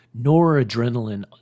noradrenaline